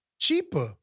cheaper